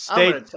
State